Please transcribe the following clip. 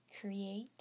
create